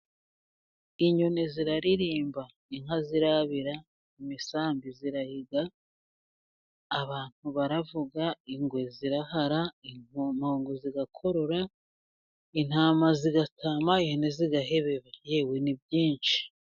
Inyoni ziraririmba, inka zirabira, imisambi irahiga, abantu baravuga, ingwe zirahara inkongo zigakorora, intama zigatama ihene zigahebeba yewe ni byinshi.